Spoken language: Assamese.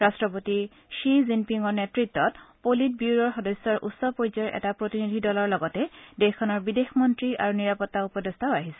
ৰট্টপতি থি জিনপিঙৰ নেত়ত্বত পলিট ব্যুৰোৰ সদস্যৰ উচ্চ পৰ্যায়ৰ এটা প্ৰতিনিধি দলৰ লগতে দেশখনৰ বিদেশ মন্ত্ৰী আৰু নিৰাপত্তা উপদেষ্টাও আহিছে